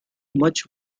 much